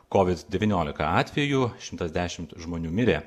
kovid devyniolika atvejų šimtas dešimt žmonių mirė